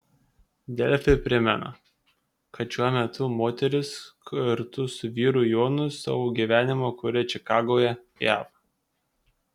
delfi primena kad šiuo metu moteris kartu su vyru jonu savo gyvenimą kuria čikagoje jav